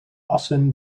assen